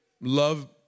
love